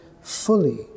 fully